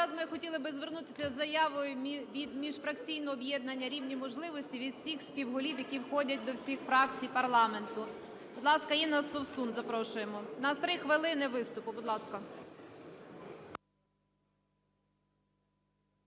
зараз ми хотіли би звернутися із заявою від міжфракційного об'єднання "Рівні можливості", від всіх співголів, які входять до всіх фракцій парламенту. Будь ласка, Інна Совсун, запрошуємо. У нас 3 хвилини виступу. Будь ласка.